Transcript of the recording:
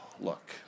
look